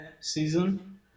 season